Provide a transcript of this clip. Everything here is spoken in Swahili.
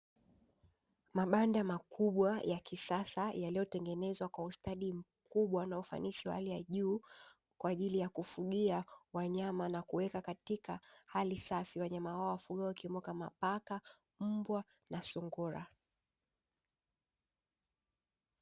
Mabanda makubwa ya kisasa yaliyotengenezwa kwa ustadi mkubwa na ufanisi wa hali ya juu, kwa ajili ya kufugia wanyama na kuweka katika hali safi, wanyama hao wafugwe wakiwemo kama paka, mbwa na sungura.